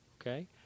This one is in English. Okay